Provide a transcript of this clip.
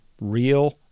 real